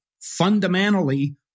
fundamentally